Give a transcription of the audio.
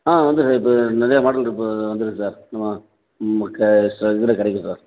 ஆ வந்துருக்கு சார் இப்போ நிறையா மாடல் இப்போ வந்திருக்கு சார் நம்ம கே சு இதில் கிடைக்கும் சார்